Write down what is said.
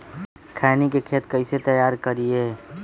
खैनी के खेत कइसे तैयार करिए?